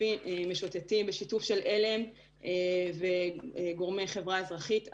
משוטטים שנעשה בשיתוף עם על"ם וגורמי חברה אזרחית.